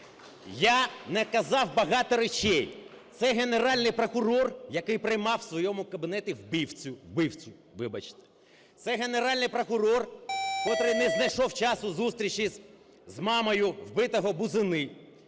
Я не казав багато речей. Це Генеральний прокурор, який приймав в своєму кабінеті вбивцю, вибачте. Це Генеральний прокурор, котрий не знайшов час для зустрічі з мамою вбитого Бузини.